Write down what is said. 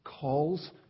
calls